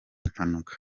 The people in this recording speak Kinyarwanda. impanuka